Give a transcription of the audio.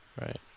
Right